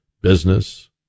business